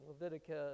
Leviticus